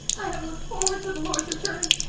i have looked forward to the lord's return,